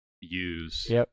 use